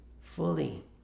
fully